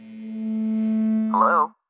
Hello